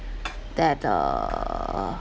that uh